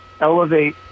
Elevate